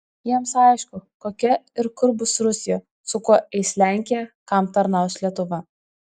jiems aišku kokia ir kur bus rusija su kuo eis lenkija kam tarnaus lietuva